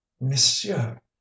monsieur